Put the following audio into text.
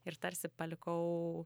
ir tarsi palikau